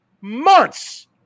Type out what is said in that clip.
months